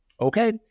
Okay